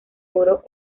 oro